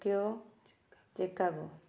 Tokyo Chicago